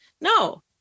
No